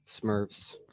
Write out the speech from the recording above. Smurfs